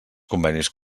convenis